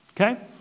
Okay